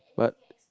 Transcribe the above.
but